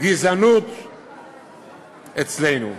גזענות אצלנו.